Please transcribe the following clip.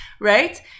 right